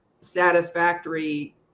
satisfactory